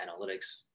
analytics